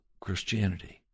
Christianity